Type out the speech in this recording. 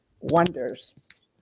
wonders